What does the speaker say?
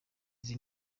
izi